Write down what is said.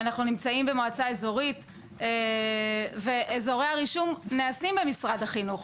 אנחנו נמצאים במועצה אזורית ואזורי הרישום נעשים במשרד החינוך,